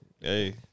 hey